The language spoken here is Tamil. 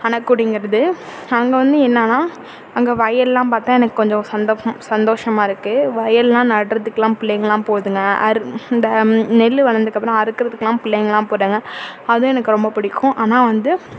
அணக்குடிங்கிறது அங்கே வந்து என்னென்னா அங்கே வயல்லாம் பார்த்தா எனக்கு கொஞ்சம் சந்தோஷமா இருக்குது வயல்லாம் நட்றதுக்கெல்லாம் பிள்ளைங்கள்லாம் போகுதுங்க அந்த நெல் வளந்ததுக்கப்பறம் அறுக்குறதுக்கெல்லாம் பிள்ளைங்கெல்லாம் போகிறாங்க அதுவும் எனக்கு ரொம்ப பிடிக்கும் ஆனால் வந்து